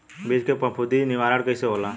बीज के फफूंदी निवारण कईसे होला?